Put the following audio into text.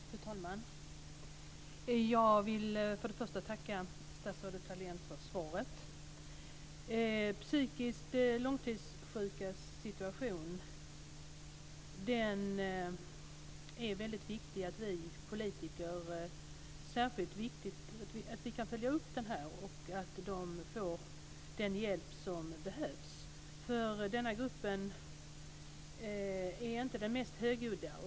Fru talman! Jag vill för det första tacka statsrådet Thalén för svaret. När det gäller de psykiskt långtidssjukas situation är det särskilt viktigt att vi politiker kan följa upp det här. Vi måste se till att de får den hjälp som behövs. Den här gruppen är ju inte den mest högljudda.